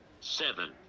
Seven